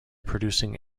producing